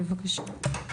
בבקשה.